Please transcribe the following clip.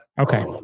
Okay